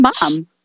mom